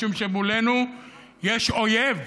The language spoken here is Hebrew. משום שמולנו יש אויב.